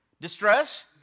Distress